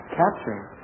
capturing